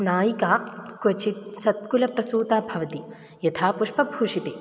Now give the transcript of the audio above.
नायिका क्वचित् सत्कुलप्रसूता भवति यथा पुष्पभूषिता